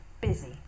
busy